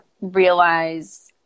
realize –